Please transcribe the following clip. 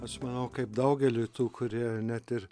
aš manau kaip daugeliui tų kurie net ir